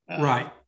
Right